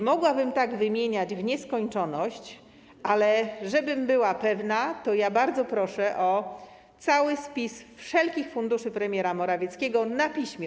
Mogłabym tak wymieniać w nieskończoność, ale żebym była pewna, to bardzo proszę o pełny spis wszelkich funduszy premiera Morawieckiego na piśmie.